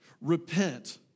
Repent